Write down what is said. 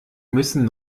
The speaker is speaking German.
müssen